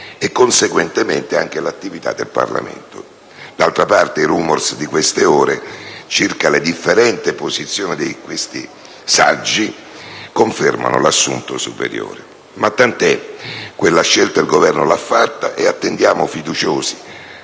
e conseguentemente l'attività del Parlamento. D'altra parte i *rumors* di queste ore circa le differenti posizioni di questi saggi confermano l'assunto superiore. Ma tant'è: quella scelta il Governo l'ha fatta e attendiamo fiduciosi,